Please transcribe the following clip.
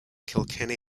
kilkenny